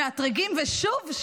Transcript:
מאתרגים ושוב,